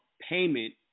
payment